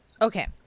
Okay